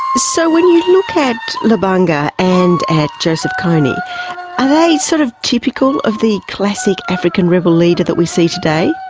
so when you look at lubanga and at joseph koney, are they sort of typical of the classic african rebel leader that we see today?